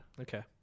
Okay